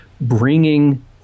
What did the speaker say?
bringing